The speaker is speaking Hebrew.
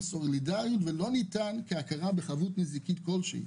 סולידריות ולא הכרה בחבות נזיקית כלשהי.